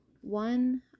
One